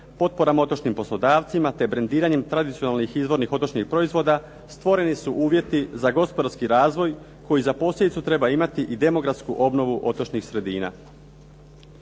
potporama otočnim poslodavcima te brendiranjem tradicionalnih izvornih otočnih proizvoda stvoreni su uvjeti za gospodarski razvoj koji za posljedicu treba imati i demografsku obnovu otočnih sredina.